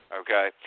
okay